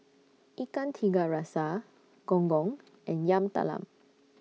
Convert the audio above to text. Ikan Tiga Rasa Gong Gong and Yam Talam